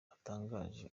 atangaje